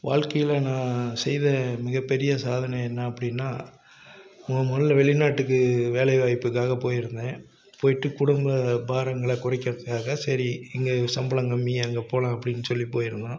வாழ்க்கையில் நான் செய்த மிகப்பெரிய சாதனை என்ன அப்படின்னா முதன் முதலில் வெளிநாட்டுக்கு வேலைவாய்ப்புக்காக போயிருந்தேன் போயிட்டு குடும்ப பாரங்களை குறைக்கறத்துக்காக சரி இங்கே சம்பளம் கம்மி அங்கே போகலாம் அப்டின்னு சொல்லி போயிருந்தோம்